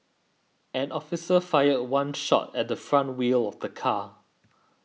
an officer fired one shot at the front wheel of the car